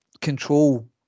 control